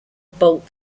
bolt